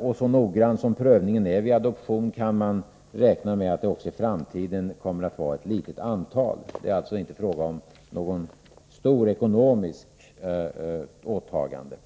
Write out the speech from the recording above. och så noggrann som prövningen är vid adoption kan man räkna med att det också i framtiden kommer att vara ett litet antal. Det är alltså inte fråga om något stort ekonomiskt åtagande.